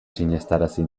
sinestarazi